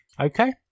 Okay